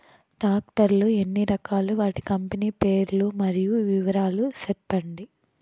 Tractor లు ఎన్ని రకాలు? వాటి కంపెని పేర్లు మరియు వివరాలు సెప్పండి?